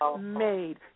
made